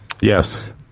Yes